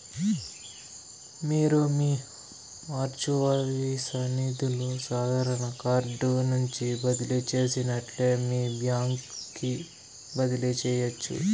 మీరు మీ virtual Visa నిదులు సాదారన కార్డు నుంచి బదిలీ చేసినట్లే మీ బాంక్ కి బదిలీ చేయచ్చు